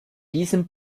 diesem